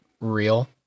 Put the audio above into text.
real